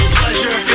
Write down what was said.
pleasure